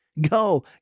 go